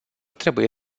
trebuie